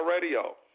Radio